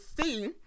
see